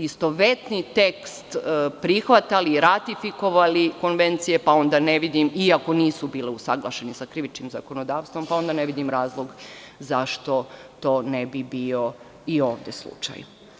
istovetni tekst prihvatali, ratifikovali konvencije, pa onda ne vidim, iako nisu bile usaglašene sa krivičnim zakonodavstvom, pa onda ne vidim razlog zašto to ne bi bio i ovde slučaj.